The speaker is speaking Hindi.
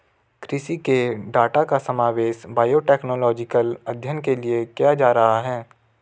कृषि के डाटा का समावेश बायोटेक्नोलॉजिकल अध्ययन के लिए किया जा रहा है